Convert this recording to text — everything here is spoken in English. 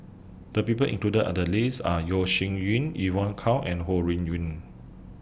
The People included Are The list Are Yeo Shih Yun Evon Kow and Ho Rui Yun